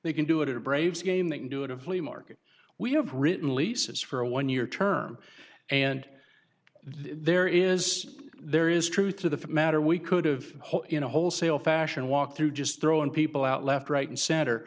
they can do it at a braves game that new in a flea market we have written leases for a one year term and there is there is truth of the matter we could've whole in a wholesale fashion walk through just throwing people out left right and center